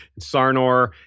Sarnor